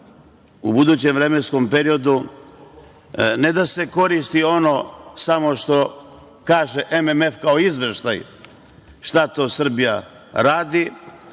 u budućem vremenskom periodu, ne da se koristi ono samo što kaže MMF kao izveštaj šta to Srbija radi,